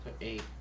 Eight